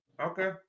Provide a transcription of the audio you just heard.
okay